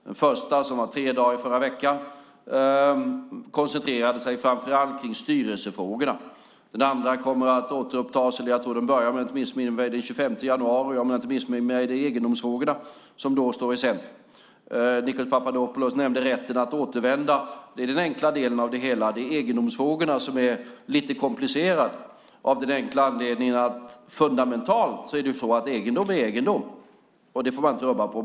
Den första, som var tre dagar i förra veckan, koncentrerade sig framför allt på styrelsefrågorna. Den andra tror jag börjar, om jag inte missminner mig, den 25 januari, och om jag inte missminner mig är det egendomsfrågorna som då står i centrum. Nikos Papadopoulos nämnde rätten att återvända. Det är den enkla delen av det hela. Det är egendomsfrågorna som är lite komplicerade, av den enkla och fundamentala anledningen att egendom är egendom och det får man inte rubba på.